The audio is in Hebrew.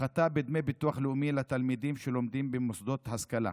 הפחתה בדמי ביטוח לאומי לתלמידים שלומדים במוסדות השכלה.